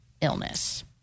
illness